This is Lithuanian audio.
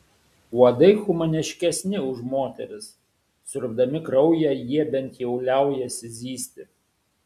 uodai humaniškesni už moteris siurbdami kraują jie bent jau liaujasi zyzti